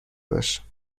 باش